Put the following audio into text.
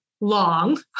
long